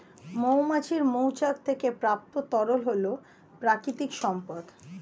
মৌমাছির মৌচাক থেকে প্রাপ্ত তরল হল প্রাকৃতিক সম্পদ